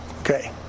okay